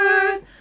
earth